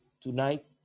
tonight